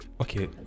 okay